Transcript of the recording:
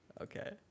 Okay